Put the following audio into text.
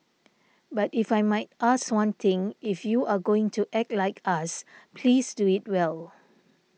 but if I might ask one thing if you are going to act like us please do it well